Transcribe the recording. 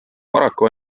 paraku